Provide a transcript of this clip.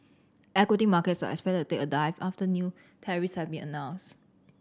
equity markets are expected to take a dive after new tariffs have been announced